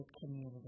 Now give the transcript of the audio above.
Community